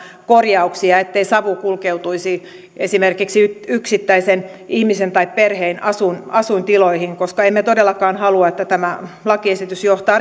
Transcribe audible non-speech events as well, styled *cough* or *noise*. korjauksia ettei savu kulkeutuisi esimerkiksi yksittäisen ihmisen tai perheen asuintiloihin koska emme todellakaan halua että tämä lakiesitys johtaa *unintelligible*